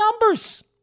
numbers